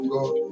God